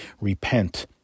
repent